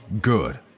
Good